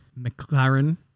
McLaren